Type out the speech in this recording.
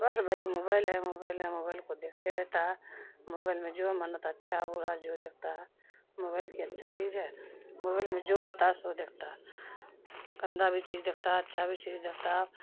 بس وہی موبائل ہے موبائل ہے موبائل کو دیکھتے رہتا ہے موبائل میں جو من آتا اچھا برا جو دیکھتا ہے موبائل کیا اچھا چیز ہے موبائل میں جو آتا ہے سو دیکھتا گندا بھی چیز دیکھتا ہے اچھا بھی چیز دیکھتا ہے